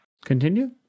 Continue